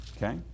Okay